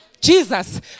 Jesus